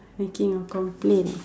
making a complaint